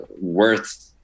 worth